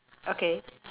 okay